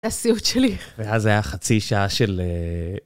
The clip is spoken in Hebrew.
הסיוט שלי. ואז היה חצי שעה של...